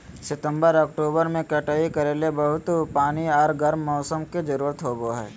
सितंबर, अक्टूबर में कटाई करे ले बहुत पानी आर गर्म मौसम के जरुरत होबय हइ